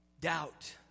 doubt